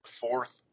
fourth